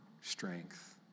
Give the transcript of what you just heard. strength